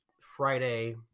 Friday